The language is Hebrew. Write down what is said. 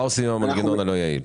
מה עושים עם המנגנון הלא יעיל.